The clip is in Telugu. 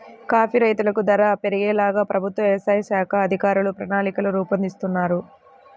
కాఫీ రైతులకు ధర పెరిగేలా ప్రభుత్వ వ్యవసాయ శాఖ అధికారులు ప్రణాళికలు రూపొందిస్తున్నారు